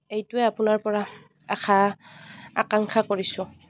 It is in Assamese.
এইটোৱে আপোনাৰ পৰা আশা আকাংক্ষা কৰিছোঁ